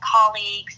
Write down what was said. colleagues